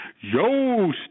Yo